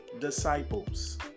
disciples